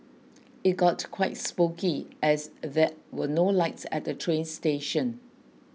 it got quite spooky as there were no lights at the train station